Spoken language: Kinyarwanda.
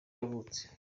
yavutse